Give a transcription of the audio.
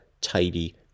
tidy